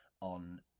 on